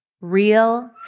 real